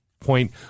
point